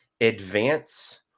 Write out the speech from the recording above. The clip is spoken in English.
advance